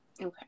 Okay